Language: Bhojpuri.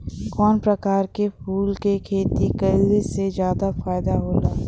कवना प्रकार के फूल के खेती कइला से ज्यादा फायदा होला?